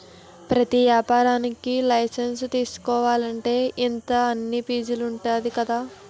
ప్రతి ఏపారానికీ లైసెన్సు తీసుకోలంటే, ఇంతా అని ఫీజుంటది కదా